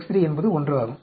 X3 X3 என்பது 1 ஆகும்